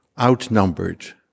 outnumbered